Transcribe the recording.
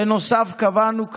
בנוסף, קבענו כלל: